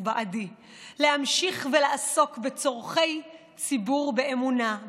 ובעדי להמשיך ולעסוק בצורכי ציבור באמונה,